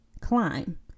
climb